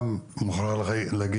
אני יכול להגיד,